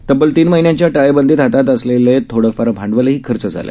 तब्बल तीन महिन्यांच्या ताळेबंदीत हातात असलेले थोडेफार भांडवलही खर्च झालं